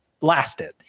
lasted